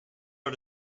are